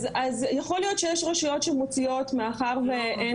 אז יכול להיות שיש רשויות שמוציאות, מאחר ו...